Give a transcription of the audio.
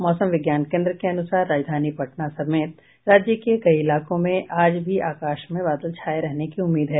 मौसम विज्ञान केन्द्र के अनुसार राजधानी पटना समेत राज्य के कई इलाकों में आज भी आकाश में बादल छाये रहने की उम्मीद है